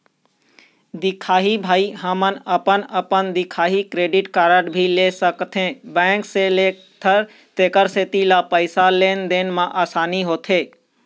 दिखाही भाई हमन अपन अपन दिखाही क्रेडिट कारड भी ले सकाथे बैंक से तेकर सेंथी ओमन ला पैसा लेन देन मा आसानी होथे?